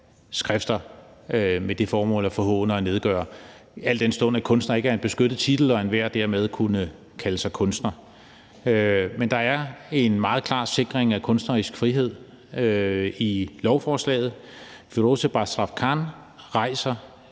skrifter med det formål at forhåne og nedgøre, al den stund at kunstner ikke er en beskyttet titel og enhver dermed kunne kalde sig kunstner, men der er en meget klar sikring af kunstnerisk frihed i lovforslaget. Firoozeh Bazrafkan rejser